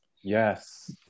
yes